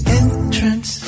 entrance